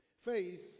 Faith